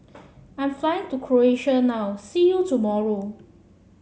I'm flying to Croatia now see you tomorrow